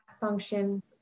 function